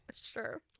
Sure